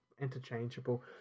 interchangeable